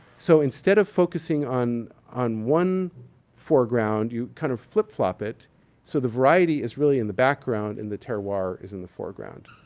so, instead of focusing on on one foreground, you kind of flip-flop it so the variety is really in the background and the terroir is in the foreground.